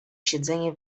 siedzenie